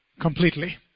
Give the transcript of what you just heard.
completely